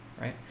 right